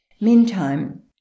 Meantime